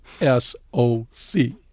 S-O-C